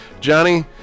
Johnny